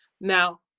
Now